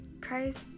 Christ